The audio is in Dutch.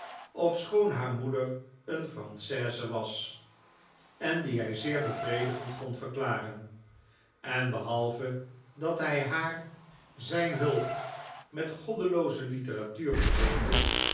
ofschoon haar moeder een frangaise was en die hij zeer bevredigend kon verklaren en behalve dat hij haar zijn hulp met goddelooze literatuur ver